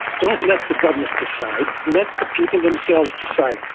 don't let the government decide, let the people themselves decide.